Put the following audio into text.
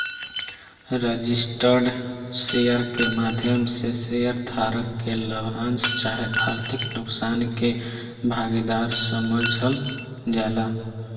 registered share के माध्यम से शेयर धारक के लाभांश चाहे आर्थिक नुकसान के भागीदार समझल जाला